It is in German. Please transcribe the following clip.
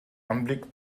anblick